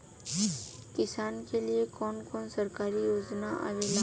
किसान के लिए कवन कवन सरकारी योजना आवेला?